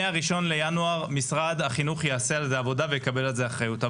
מה-1 בינואר משרד החינוך יעשה על זה עבודה ויקבל על זה אחריות.